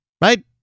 Right